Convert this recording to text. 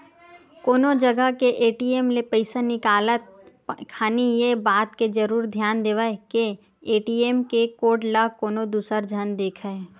कोनो जगा के ए.टी.एम ले पइसा निकालत खानी ये बात के जरुर धियान देवय के ए.टी.एम के कोड ल कोनो दूसर झन देखय